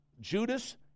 Judas